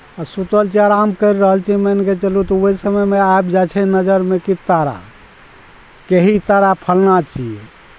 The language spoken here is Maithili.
आओर सुतल छै आराम करि रहल छिए मानिके चलू तऽ ओहि समयमे आबि जाए छै नजरिमे कि तारा के ही तारा फल्लाँ छिए